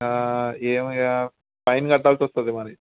ఏమో ఇక ఫైన్ కట్టాల్సి వస్తుంది మరి